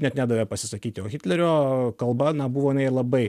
net nedavė pasisakyti o hitlerio kalba na buvo labai